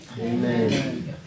Amen